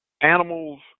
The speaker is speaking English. animals